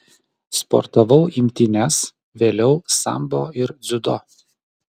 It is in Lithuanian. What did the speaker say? sportavau imtynes vėliau sambo ir dziudo